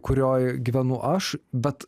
kurioj gyvenu aš bet